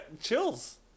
chills